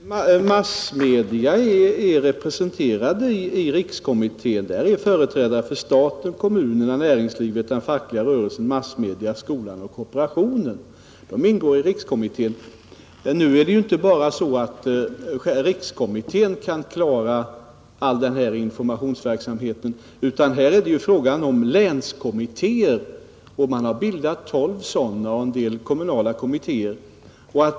Herr talman! Massmedia är representerade i rikskommittén, Där ingår företrädare för staten, kommunerna, näringslivet, den fackliga rörelsen, massmedia, skolan och kooperationen. Rikskommittén kan emellertid inte klara all informationsverksamhet, utan man har också bildat tolv länskommittéer samt en del kommunala kommitteér.